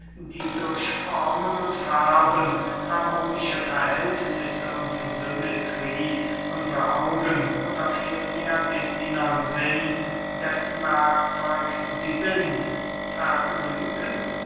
die durch formen und farben harmonische verhältnisse und symmetrie unsre augen oder vielmehr den innern sinn dessen werkzeug sie sind vergnügen